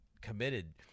committed